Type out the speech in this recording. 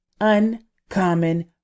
uncommon